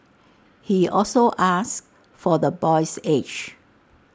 he also asked for the boy's age